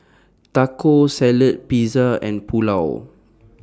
Taco Salad Pizza and Pulao